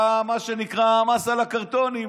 מה שנקרא, המס על הקרטונים.